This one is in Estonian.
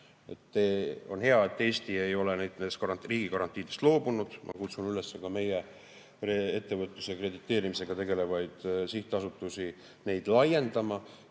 On hea, et Eesti ei ole riigigarantiidest loobunud. Ma kutsun üles meie ettevõtluse krediteerimisega tegelevaid sihtasutusi neid laiendama.